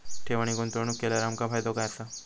ठेव आणि गुंतवणूक केल्यार आमका फायदो काय आसा?